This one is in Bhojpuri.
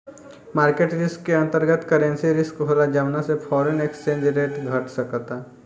मार्केट रिस्क के अंतर्गत, करेंसी रिस्क होला जौना से फॉरेन एक्सचेंज रेट घट सकता